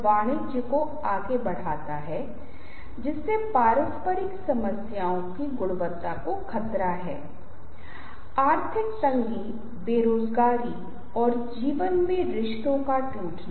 रणनीतिक रूप से बोलते हुए जब आप अपनी स्लाइड के साथ एक प्रस्तुति कर रहे होते हैं तो आपकी स्लाइड को काम अभिव्यक्ति करनी चहिये इस अर्थ में कम संप्रेषणीय होने की आवश्यकता होती है